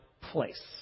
place